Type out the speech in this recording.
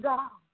God